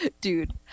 dude